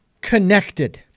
connected